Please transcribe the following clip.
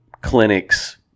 clinics